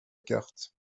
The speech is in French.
carte